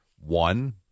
One